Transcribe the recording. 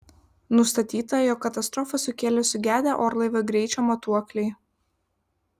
nustatyta jog katastrofą sukėlė sugedę orlaivio greičio matuokliai